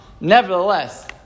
Nevertheless